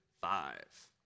five